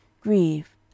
Grieve